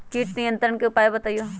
किट नियंत्रण के उपाय बतइयो?